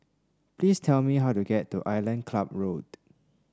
please tell me how to get to Island Club Road